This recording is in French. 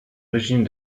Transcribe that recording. régime